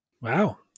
Wow